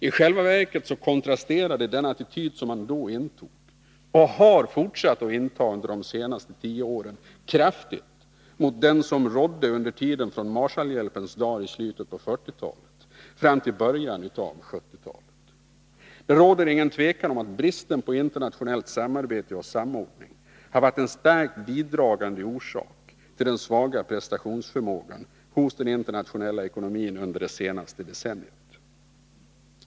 I själva verket kontrasterar den attityd som intagits under de senaste tio åren kraftigt mot den som rådde under tiden från Marshall-hjälpens dagar i slutet av 1940-talet fram till början av 1970-talet. Det råder inget tvivel om att bristen på internationellt samarbete och samordning varit en starkt bidragande orsak till den svaga prestationsförmågan hos den internationella ekonomin under det senaste decenniet.